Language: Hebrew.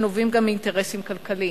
שנובעים גם מאינטרסים כלכליים.